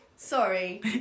Sorry